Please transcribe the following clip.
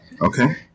Okay